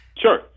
Sure